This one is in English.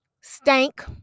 stank